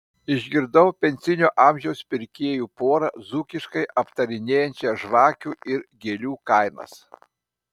išgirdau pensinio amžiaus pirkėjų porą dzūkiškai aptarinėjančią žvakių ir gėlių kainas